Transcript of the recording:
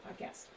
podcast